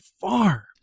far